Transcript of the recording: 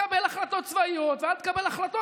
קבל החלטות צבאיות ואל תקבל החלטות